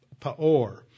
Paor